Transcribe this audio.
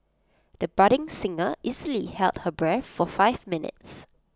the budding singer easily held her breath for five minutes